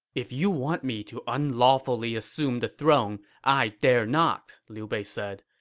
if you want me to unlawfully assume the throne, i dare not, liu bei said.